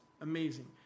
amazing